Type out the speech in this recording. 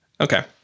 Okay